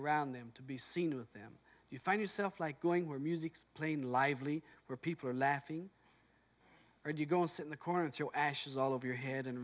around them to be seen with them you find yourself like going where music's plain lively where people are laughing or do you go sit in the corner to ashes all over your head and